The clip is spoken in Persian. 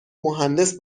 مهندس